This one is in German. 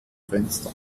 fenster